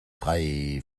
drei